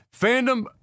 Fandom